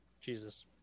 Jesus